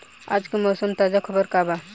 आज के मौसम के ताजा खबर का बा?